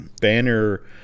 Banner